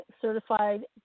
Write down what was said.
certified